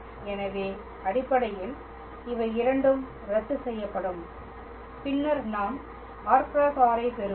எனவே அடிப்படையில் இவை இரண்டும் ரத்து செய்யப்படும் பின்னர் நாம் r × r ஐ பெறுவோம்